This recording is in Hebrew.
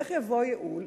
איך יבוא הייעול?